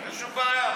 אין שום בעיה.